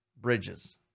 bridges